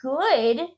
good